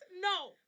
No